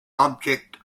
object